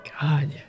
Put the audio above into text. God